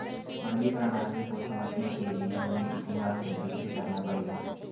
मंडी प्रणाली को समझने के लिए हमें इतिहास में पीछे जाना पड़ेगा